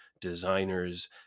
designers